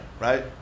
right